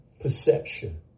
perception